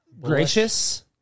gracious